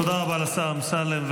תודה רבה לשר אמסלם.